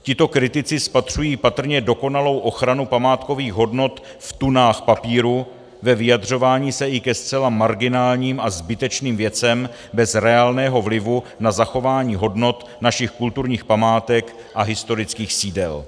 Tito kritici spatřují patrně dokonalou ochranu památkových hodnot v tunách papíru, ve vyjadřování se i ke zcela marginálním a zbytečným věcem bez reálného vlivu na zachování hodnot našich kulturních památek a historických sídel.